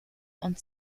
und